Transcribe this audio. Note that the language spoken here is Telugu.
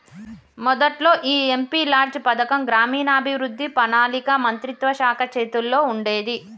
మొదట్లో ఈ ఎంపీ లాడ్జ్ పథకం గ్రామీణాభివృద్ధి పణాళిక మంత్రిత్వ శాఖ చేతుల్లో ఉండేది